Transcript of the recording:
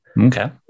Okay